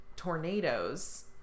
tornadoes